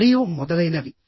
మరియు మొదలైనవి